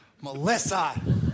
Melissa